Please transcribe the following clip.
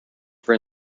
for